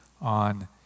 on